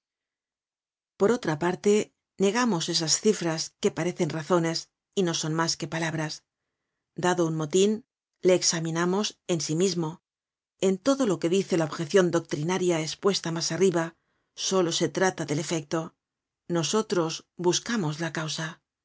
por otra parte negamos esas cifras que parecen razones y no son mas que palabras dado un motin le examinamos en sí mismo en todo lo que dice la objecion doctrinaria espuesta mas arriba solo se trata del efecto nosotros buscamos la causa